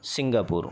Singapore